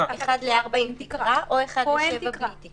--- 4:1 עם תקרה, או 7:1 בלי תקרה.